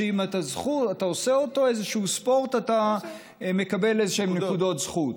ואם אתה עושה איזשהו ספורט אתה מקבל איזשהן נקודות זכות.